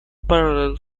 parallel